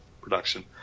production